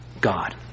God